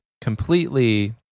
completely